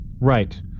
Right